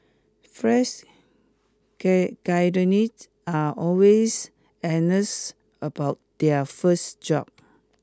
fresh are always about their first job